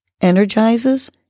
energizes